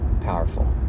powerful